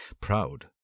proud